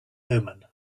omen